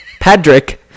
Padrick